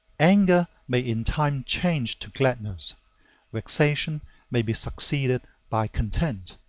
anger may in time change to gladness vexation may be succeeded by content.